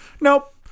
nope